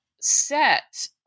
set